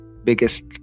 biggest